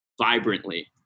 vibrantly